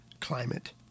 climate